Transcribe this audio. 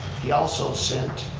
he also sent,